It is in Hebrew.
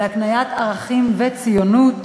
להקניית ערכים וציונות.